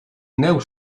neuk